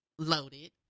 loaded